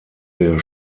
der